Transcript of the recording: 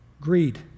greed